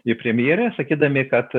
į premjerę sakydami kad